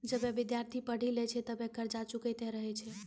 जबे विद्यार्थी पढ़ी लै छै तबे कर्जा चुकैतें रहै छै